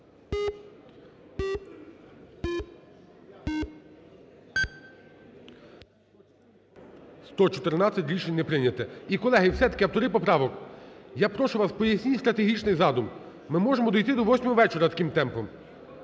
За-114 Рішення не прийняте. І, колеги, все-таки автори поправок, я прошу вас, поясніть стратегічний задум. Ми можемо дійти до восьмої вечора таким темпом.